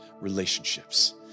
relationships